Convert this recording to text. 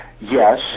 Yes